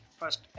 first